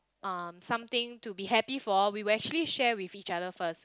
um something to be happy for we will actually share with each other first